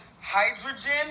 hydrogen